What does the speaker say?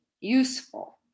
useful